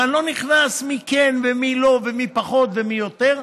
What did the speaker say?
ואני לא נכנס מי כן ומי לא ומי פחות ומי יותר,